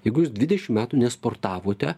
jeigu jūs dvidešim metų nesportavote